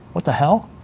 what the hell,